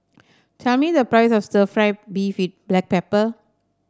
tell me the price of stir fry beef with Black Pepper